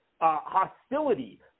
hostility